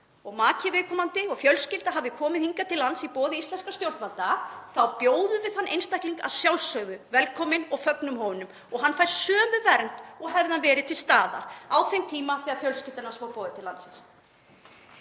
og maki viðkomandi og fjölskylda hefur komið hingað til lands í boði íslenskra stjórnvalda þá bjóðum við þann einstakling að sjálfsögðu velkominn og fögnum honum og hann fær sömu vernd og hefði hann verið til staðar á þeim tíma þegar fjölskyldu hans var boðið til landsins.